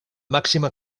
màxima